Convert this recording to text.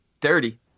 Dirty